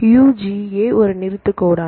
UGA ஒரு நிறுத்து கோடான்